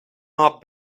mob